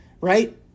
right